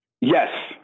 yes